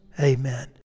Amen